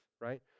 right